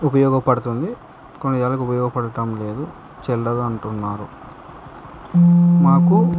ఉపయోగపడుతుంది కొన్నింటికి ఉపయోగపడటం లేదు చెల్లదు అంటున్నారు మాకు